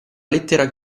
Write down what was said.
lettera